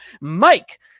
Mike